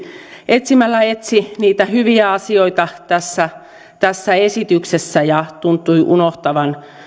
etsimällä etsi niitä hyviä asioita tässä tässä esityksessä ja tuntui unohtavan